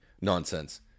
nonsense